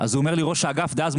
אז אומר לי ראש האגף דאז,